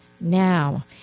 now